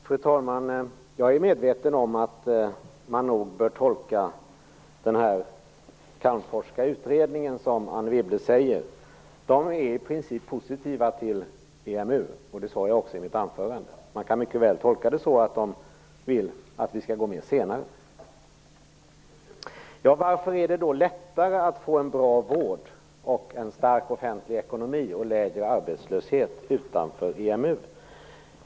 Fru talman! Jag är medveten om att man bör tolka den calmforska utredningen så som Anne Wibble säger. Man är i princip positiv till EMU, och det sade jag också i mitt anförande. Det går också att tolka det så att man vill att vi skall gå med senare. Varför är det då lättare att få en bra vård, en stark offentlig ekonomi och lägre arbetslöshet om vi står utanför EMU?